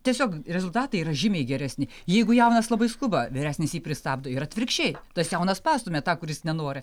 tiesiog rezultatai yra žymiai geresni jeigu jaunas labai skuba vyresnis jį pristabdo ir atvirkščiai tas jaunas pastumia tą kuris nenori